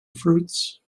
fruits